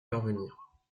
parvenir